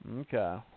Okay